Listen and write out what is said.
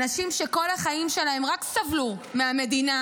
אנשים שכל החיים שלהם רק סבלו מהמדינה,